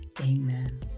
Amen